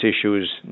issues